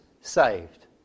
saved